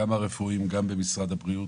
גם הרפואיים, גם במשרד הבריאות,